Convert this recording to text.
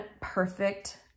perfect